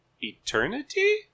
eternity